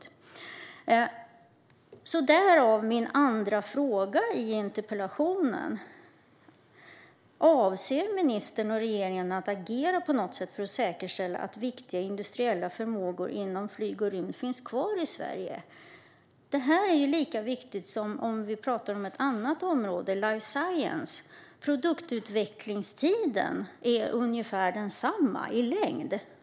Av den anledningen ställde jag min andra fråga i interpellationen: Avser ministern och regeringen att agera på något sätt för att säkerställa att viktiga industriella förmågor inom flyg och rymd finns kvar i Sverige? Detta är ju lika viktigt som det vi pratar om på ett annat område: life science. Produktutvecklingstiden är ungefär densamma.